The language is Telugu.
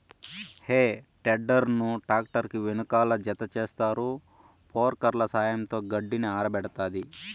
హే టెడ్డర్ ను ట్రాక్టర్ కి వెనకాల జతచేస్తారు, ఫోర్క్ల సహాయంతో గడ్డిని ఆరబెడతాది